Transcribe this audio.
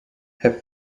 have